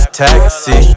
taxi